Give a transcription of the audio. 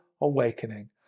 awakening